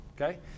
okay